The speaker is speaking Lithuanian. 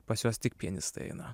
pas juos tik pianistai eina